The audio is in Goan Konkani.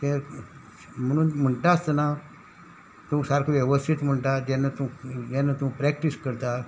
ते म्हणून म्हणटा आसतना तूं सारको वेवस्थीत म्हणटा जेन्ना तूं जेन्ना तूं प्रॅक्टीस करता